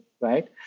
right